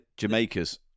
Jamaicas